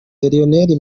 lionel